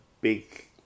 big